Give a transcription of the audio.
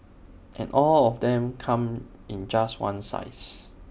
and all of them come in just one size